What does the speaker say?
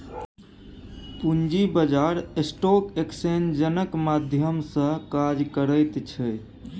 पूंजी बाजार स्टॉक एक्सेन्जक माध्यम सँ काज करैत छै